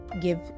give